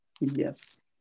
Yes